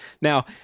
now